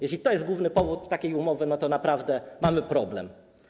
Jeśli to jest główny powód takiej umowy, to naprawdę mamy problem.